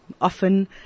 Often